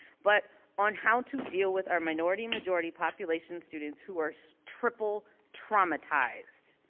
but on how to deal with our minority majority population students who are so triple traumatized.